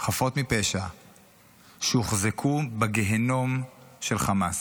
חפות מפשע שהוחזקו בגיהינום של חמאס.